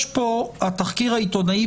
התחקיר העיתונאי,